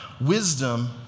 Wisdom